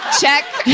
Check